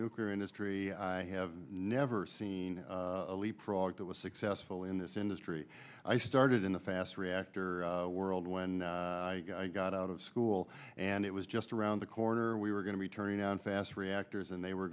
nuclear industry i have never seen a leapfrog that was successful in this industry i started in the fast reactor world when i got out of school and it was just around the corner we were going to be turning down fast reactors and they were